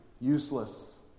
Useless